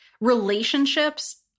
Relationships